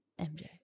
MJ